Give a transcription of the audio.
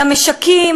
למשקים,